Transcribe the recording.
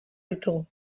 ditugu